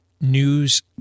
news